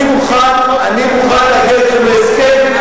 אני מוכן להגיע אתכם להסכם,